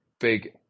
big